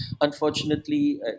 unfortunately